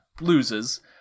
Loses